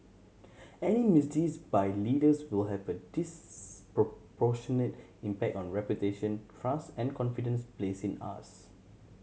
any misdeeds by leaders will have a disproportionate impact on reputation trust and confidence placed in us